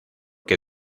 que